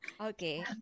Okay